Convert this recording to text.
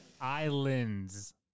islands